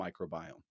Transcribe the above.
microbiome